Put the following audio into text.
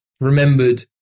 remembered